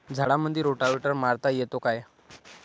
झाडामंदी रोटावेटर मारता येतो काय?